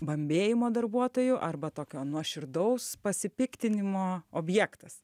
bambėjimo darbuotojų arba tokio nuoširdaus pasipiktinimo objektas